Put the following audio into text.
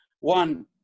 one